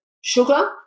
sugar